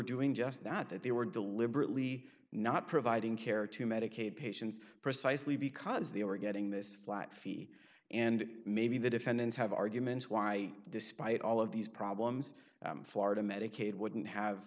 doing just that that they were deliberately not providing care to medicaid patients precisely because they were getting this flat fee and maybe the defendants have arguments why despite all of these problems florida medicaid wouldn't have